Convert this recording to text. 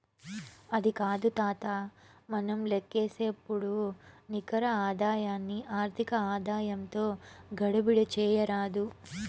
అది కాదు తాతా, మనం లేక్కసేపుడు నికర ఆదాయాన్ని ఆర్థిక ఆదాయంతో గడబిడ చేయరాదు